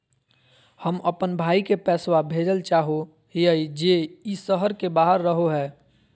हम अप्पन भाई के पैसवा भेजल चाहो हिअइ जे ई शहर के बाहर रहो है